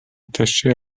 attaché